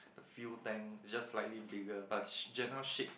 the fuel tank is just slightly bigger but general shape